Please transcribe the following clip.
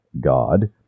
God